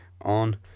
on